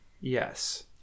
Yes